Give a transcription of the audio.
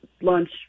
lunch